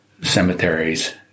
cemeteries